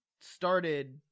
started